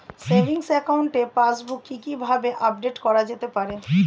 Savings একাউন্টের passbook কি কিভাবে আপডেট করা যেতে পারে?